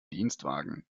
dienstwagen